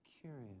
curious